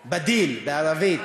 "במקום" בַּדִיל בערבית.